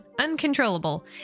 uncontrollable